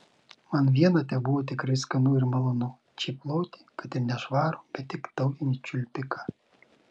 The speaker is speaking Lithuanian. man viena tebuvo tikrai skanu ir malonu čėploti kad ir nešvarų bet tik tautinį čiulpiką